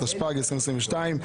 התשפ"ג 2022,